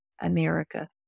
America